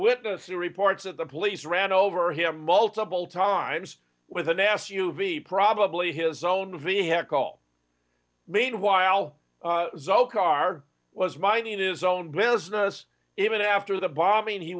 witness who reports that the police ran over him multiple times with an s u v probably his own vehicle meanwhile zulfikar was minding his own business even after the bombing he